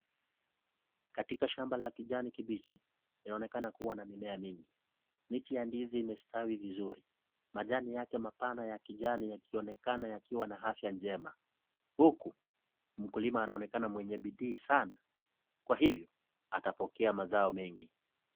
Katika shamba la kijani kibichi linaonekana kuwa na mimea mingi, miti ya ndizi imestawi vizuri majani yake mapana ya kijani yakionekana yakiwa na afya njema sana huku mkulima anaonekana mwenye bidii sana kwa hiyo atapokea mazao mengi.